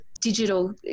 digital